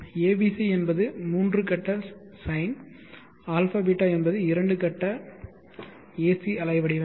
abc என்பது 3 கட்ட sine αβ என்பது இரண்டு கட்ட ஏசி அலை வடிவங்கள்